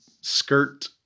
skirt